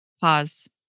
Pause